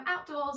outdoors